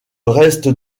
reste